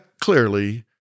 clearly